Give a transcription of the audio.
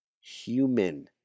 human